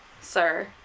sir